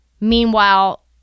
Meanwhile